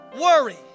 worry